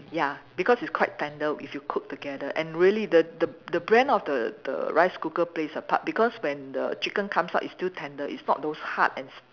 ya because it's quite tender if you cook together and really the the the brand of the the rice cooker plays a part because when the chicken comes out is still tender it's not those hard and stiff